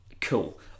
Cool